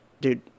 dude